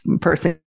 person